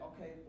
okay